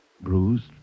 bruised